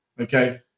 Okay